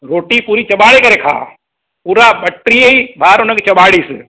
रोटी पूरी चॿारे करे खाउ पूरा ॿटीह ई बार हुनखे चॿाड़ीसि